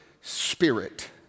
spirit